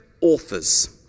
authors